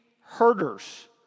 herders